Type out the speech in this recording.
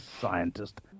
scientist